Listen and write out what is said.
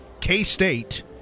K-State